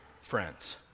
friends